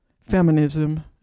feminism